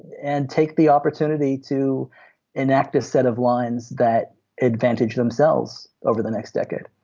and take the opportunity to enact a set of lines that advantage themselves over the next decade.